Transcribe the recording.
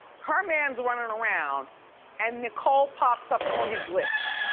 her man's running around and nicole pops up on his lips.